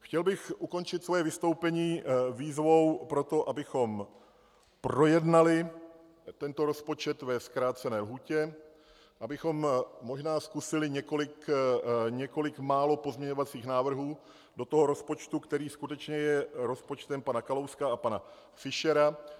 Chtěl bych ukončit svoje vystoupení výzvou pro to, abychom projednali tento rozpočet ve zkrácené lhůtě, abychom možná zkusili několik málo pozměňovacích návrhů do toho rozpočtu, který skutečně je rozpočtem pana Kalouska a pana Fischera.